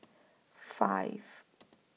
five